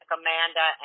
Amanda